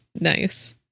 Nice